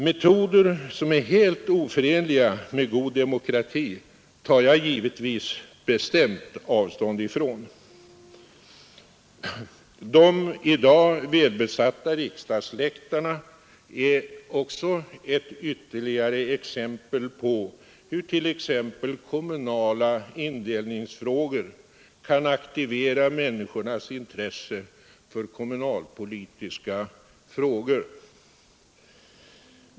Metoder som är helt oförenliga med god demokrati tar jag givetvis bestämt avstånd ifrån. De i dag välbesatta riksdagsläktarna är ytterligare ett bevis på hur t.ex. kommunala indelningsproblem kan aktivera människornas intresse för kommunalpolitiska frågor.